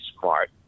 smart